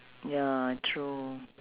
ya true